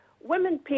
women